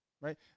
right